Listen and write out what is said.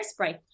hairspray